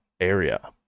area